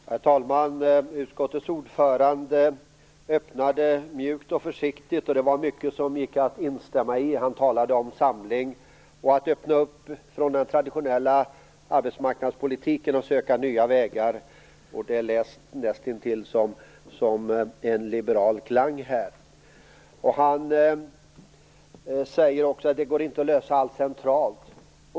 Herr talman! Utskottets ordförande öppnade mjukt och försiktigt, och mycket av det han sade gick att instämma i. Han talade om samling och om att öppna den traditionella arbetsmarknadspolitiken och söka nya vägar. Det var nästan så att det han sade hade en liberal klang. Han sade också att det inte går att lösa allt centralt.